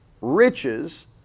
riches